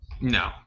No